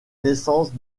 naissances